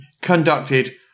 conducted